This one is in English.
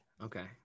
Okay